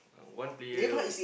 one player